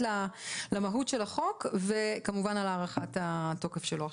למהות של החוק וכמובן על הארכת התוקף שלו עכשיו.